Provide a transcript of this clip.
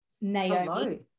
Naomi